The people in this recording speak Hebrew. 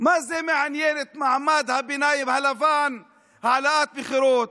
מה זה מעניין את מעמד הביניים הלבן, עליית מחירים?